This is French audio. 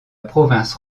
province